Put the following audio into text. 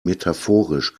metaphorisch